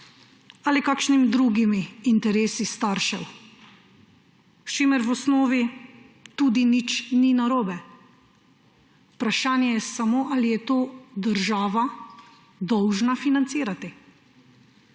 ali kakšnimi drugimi interesi staršev, s čimer v osnovi tudi nič ni narobe. Vprašanje je samo, ali je to država dolžna financirati.